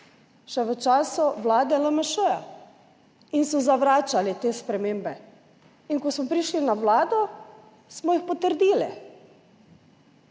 še v času vlade LMŠ in so zavračali te spremembe. In, ko smo prišli na vlado, smo jih potrdili.